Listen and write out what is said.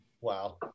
Wow